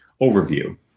overview